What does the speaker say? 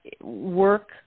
work